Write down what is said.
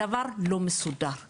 הדבר לא מסודר,